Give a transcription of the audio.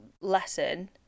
lesson